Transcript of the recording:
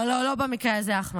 לא, לא במקרה הזה, אחמד.